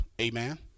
Amen